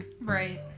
Right